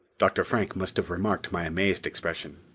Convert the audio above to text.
dr. frank must have remarked my amazed expression.